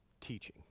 teaching